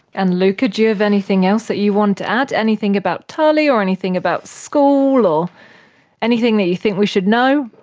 and luca, do you have anything else that you wanted to add? anything about tali or anything about school or anything that you think we should know?